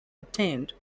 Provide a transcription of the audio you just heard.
obtained